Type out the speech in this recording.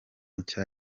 nshya